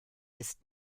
ist